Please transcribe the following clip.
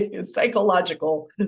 psychological